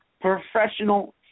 professional